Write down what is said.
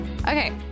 Okay